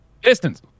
Pistons